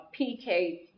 PK